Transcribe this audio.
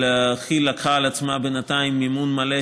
אבל כי"ל לקחה על עצמה בינתיים מימון מלא